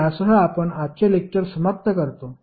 तर यासह आपण आजचे लेक्टर समाप्त करतो